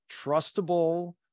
trustable